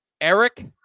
Eric